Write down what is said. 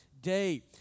day